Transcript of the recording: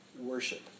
worship